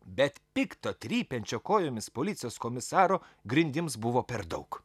bet pikto trypiančio kojomis policijos komisaro grindims buvo per daug